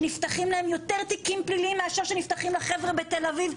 שנפתחים להם יותר תיקים פליליים מאשר שנפתחים לחבר'ה בתל אביב,